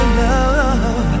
love